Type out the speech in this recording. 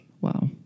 Wow